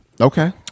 Okay